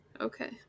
Okay